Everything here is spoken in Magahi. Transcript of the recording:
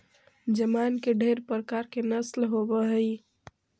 जमाइन के ढेर प्रकार के नस्ल होब हई